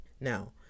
Now